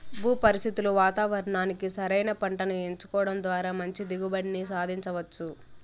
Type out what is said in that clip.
భూ పరిస్థితులు వాతావరణానికి సరైన పంటను ఎంచుకోవడం ద్వారా మంచి దిగుబడిని సాధించవచ్చు